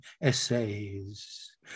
essays